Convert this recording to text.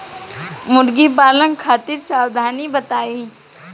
मुर्गी पालन खातिर सावधानी बताई?